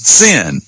sin